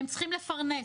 הם צריכים לפרנס,